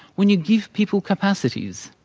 when you give people c apacities,